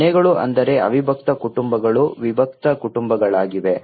ಮನೆಗಳು ಅಂದರೆ ಅವಿಭಕ್ತ ಕುಟುಂಬಗಳು ವಿಭಕ್ತ ಕುಟುಂಬಗಳಾಗಿವೆ